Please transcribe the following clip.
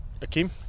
Akeem